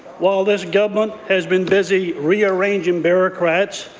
while this government has been busy rearranging bureaucrats,